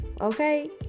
okay